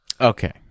okay